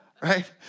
Right